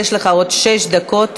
יש לך עוד שש דקות,